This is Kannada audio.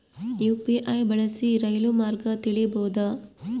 ಯು.ಪಿ.ಐ ಬಳಸಿ ರೈಲು ಮಾರ್ಗ ತಿಳೇಬೋದ?